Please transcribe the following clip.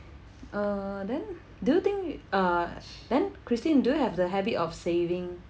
uh then do you think uh then christine do you have the habit of saving